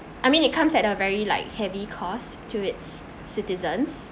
I mean it comes at a very like heavy cost to its citizens